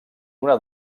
una